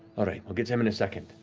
we'll get to him in a second.